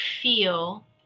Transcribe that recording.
feel